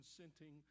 consenting